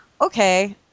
okay